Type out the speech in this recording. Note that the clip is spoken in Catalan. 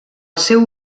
seu